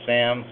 Sam